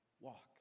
walk